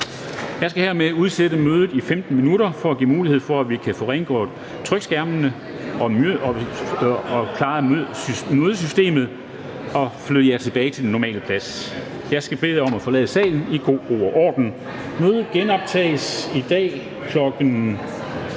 Jeg skal hermed udsætte mødet i 15 minutter for at give mulighed for, at vi kan få rengjort trykskærmene og klaret mødesystemet, inden I kan flytte tilbage til jeres normale pladser. Jeg skal bede jer om at forlade salen i god ro og orden. Mødet genoptages i dag kl.